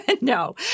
No